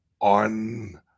on